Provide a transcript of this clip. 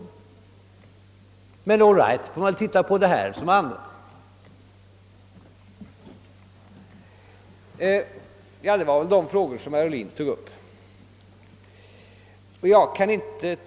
I kommunförbundet rådde det såsom jag förut framställt, stor enighet i denna fråga, och man såg där mycket praktiskt på densamma.